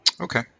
Okay